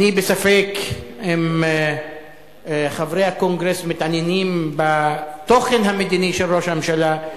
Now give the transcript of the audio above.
אני בספק אם חברי הקונגרס מתעניינים בתוכן המדיני של ראש הממשלה.